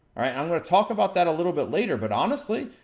i'm gonna talk about that a little bit later, but, honestly,